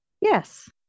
Yes